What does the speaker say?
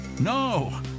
No